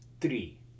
three